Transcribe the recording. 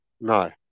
No